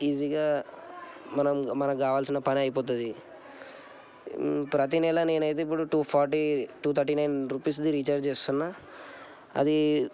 ఈసీగా మనం మనకు కావాల్సిన పని అయిపోతుంది ప్రతి నెల నేను అయితే ఇప్పుడు two forty two thirty nine rupees the recharge చేస్తున్నా అది